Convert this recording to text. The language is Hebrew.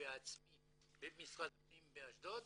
בעצמי שאלתי במשרד הפנים באשדוד,